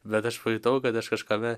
bet aš pajutau kad aš kažkame